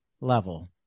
level